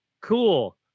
cool